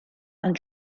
and